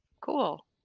cool